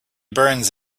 burns